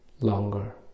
Longer